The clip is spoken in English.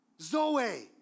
Zoe